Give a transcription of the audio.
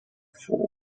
four